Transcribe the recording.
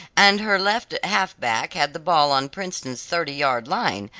and her left half-back had the ball on princeton's thirty-yard line,